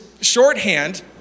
shorthand